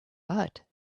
but